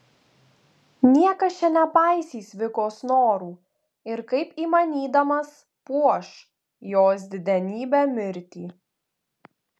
niekas čia nepaisys vikos norų ir kaip įmanydamas puoš jos didenybę mirtį